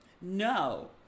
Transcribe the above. No